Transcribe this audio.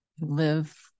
live